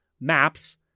maps